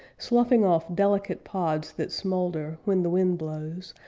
sloughing off delicate pods that smoulder, when the wind blows,